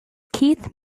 keith